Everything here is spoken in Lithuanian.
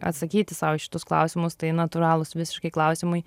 atsakyti sau į šitus klausimus tai natūralūs visiškai klausimai